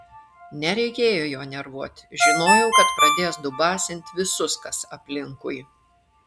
nereikėjo jo nervuot žinojau kad pradės dubasint visus kas aplinkui